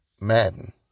Madden